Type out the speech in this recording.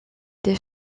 des